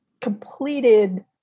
completed